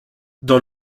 dans